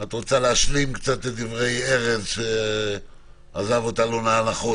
את רוצה להשלים את דברי ארז קמיניץ שעזב אותנו לאנחות,